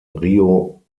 río